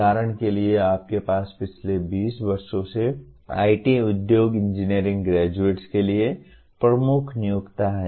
उदाहरण के लिए आपके पास पिछले 20 वर्षों से IT उद्योग इंजीनियरिंग ग्रेजुएट्स के लिए प्रमुख नियोक्ता है